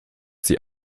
die